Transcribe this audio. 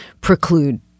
preclude